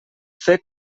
fer